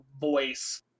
voice